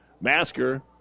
Masker